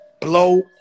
Blow